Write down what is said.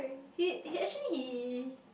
he he actually he